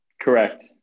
Correct